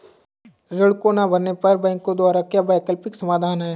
ऋण को ना भरने पर बैंकों द्वारा क्या वैकल्पिक समाधान हैं?